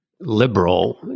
liberal